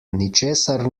ničesar